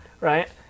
right